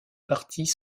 parties